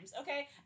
okay